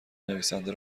نویسنده